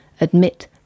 admit